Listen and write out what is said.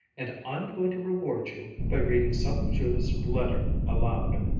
and i'm going to reward you by reading some of judith's letter aloud.